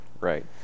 Right